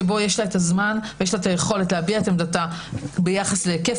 שבו יש לה זמן ויכולת להביע את עמדתה ביחס להיקף